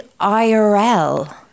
IRL